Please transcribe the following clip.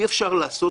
אי-אפשר לעשות